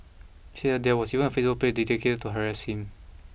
he said that there was even a Facebook page dedicated to harass him